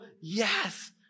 Yes